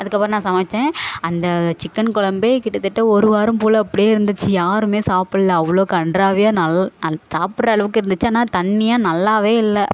அதுக்கப்புறம் நான் சமைச்சேன் அந்த சிக்கன் கொழம்பே கிட்டத்தட்ட ஒரு வாரம் போல் அப்படியே இருந்துச்சு யாருமே சாப்பிட்ல அவ்வளோ கன்றாவியாக நல் அது சாப்பிட்ற அளவுக்கு இருந்துச்சு ஆனால் தண்ணியாக நல்லாவே இல்லை